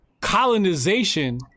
colonization